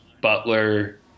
Butler